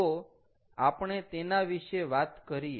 તો આપણે તેના વિશે વાત કરીએ